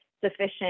sufficient